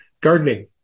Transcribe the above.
gardening